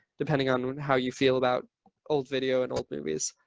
depending on how you feel about old video and old movies.